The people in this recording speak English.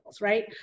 right